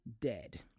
dead